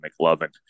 McLovin